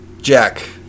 Jack